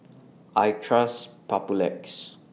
I Trust Papulex